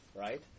right